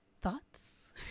Thoughts